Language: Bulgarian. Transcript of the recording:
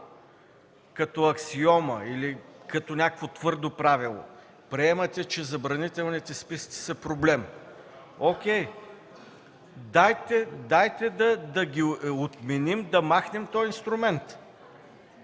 като аксиома или като някакво твърдо правило приемате, че забранителните списъци са проблем – о’кей, дайте да ги отменим, да махнем този инструмент.